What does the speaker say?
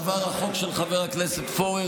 עבר החוק של חבר הכנסת פורר,